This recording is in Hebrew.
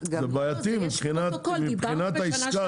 זה בעייתי מבחינת העסקה.